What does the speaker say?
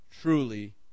truly